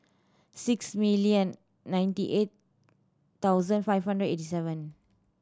six million ninety eight thousand five hundred and eighty seven